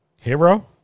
Hero